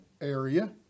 area